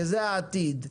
שזה העתיד,